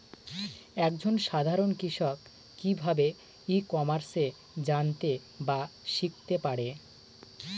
এক জন সাধারন কৃষক কি ভাবে ই কমার্সে জানতে বা শিক্ষতে পারে?